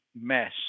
mess